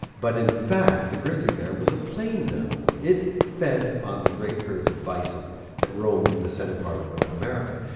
but in fact the grizzly bear was a plains animal. it fed on the great herds of bison that roamed the centre part of north america.